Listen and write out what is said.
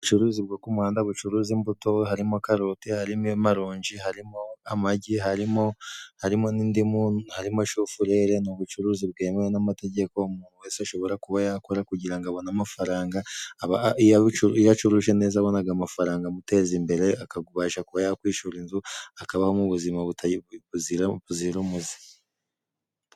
Ubucuruzi bwo k'umuhanda bucuruza imbuto, harimo karoti, harimo maronji, harimo amagi, harimo n'indimu, harimo shufureri, ni ubucuruzi bwemewe n'amategeko, umuntu wese ashobora kuba yakora kugira ngo abone amafaranga, iyo acuruje neza abonaga amafaranga amuteza imbere, akabasha kuba yakwishura inzu, akabaho m'ubuzima buzira umuze.